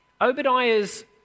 Obadiah's